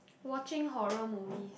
watching horror movies